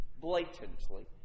Blatantly